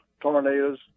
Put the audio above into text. Tornadoes